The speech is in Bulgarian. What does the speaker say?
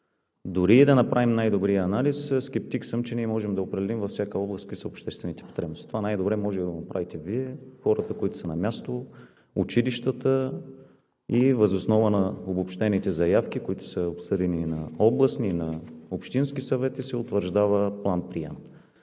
Дори и да направим най-добрия анализ, скептик съм, че ние можем да определим във всяка област какви са обществените потребности. Това най-добре може да го направите Вие – хората, които са на място, училищата. И въз основа на обобщените заявки, които са обсъдени на областни и на общински съвети, се утвърждава план-приемът.